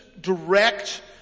direct